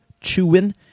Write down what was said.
CHEWIN